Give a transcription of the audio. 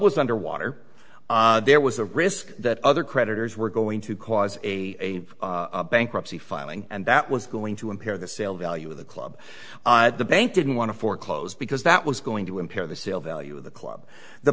was underwater there was a risk that other creditors were going to cause a bankruptcy filing and that was going to impair the sale value of the club the bank didn't want to foreclose because that was going to impair the sale value of the club the